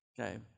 okay